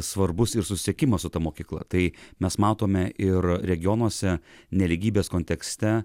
svarbus ir susisiekimas su ta mokykla tai mes matome ir regionuose nelygybės kontekste